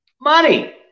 money